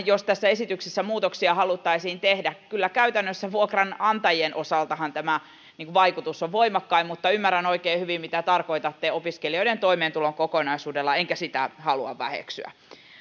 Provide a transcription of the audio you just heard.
jos tässä esityksessä muutoksia haluttaisiin tehdä kyllä käytännössä vuokranantajien osaltahan tämä vaikutus on voimakkain mutta ymmärrän oikein hyvin mitä tarkoitatte opiskelijoiden toimeentulon kokonaisuudella enkä sitä halua väheksyä